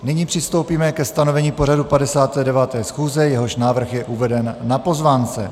Nyní přistoupíme ke stanovení pořadu 59. schůze, jehož návrh je uveden na pozvánce.